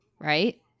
right